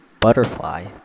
Butterfly